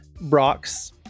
Brock's